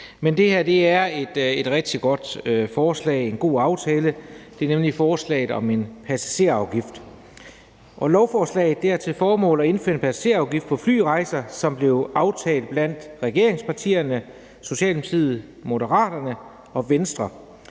Det her er et rigtig godt forslag og en god aftale. Det er nemlig forslaget om en passagerafgift. Lovforslaget har til formål at indføre en passagerafgift på flyrejser – noget, som blev aftalt mellem regeringspartierne, Socialdemokratiet, Moderaterne og Venstre.